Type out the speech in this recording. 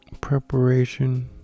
preparation